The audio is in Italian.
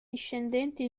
discendenti